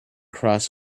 cross